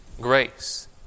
grace